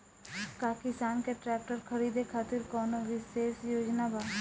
का किसान के ट्रैक्टर खरीदें खातिर कउनों विशेष योजना बा?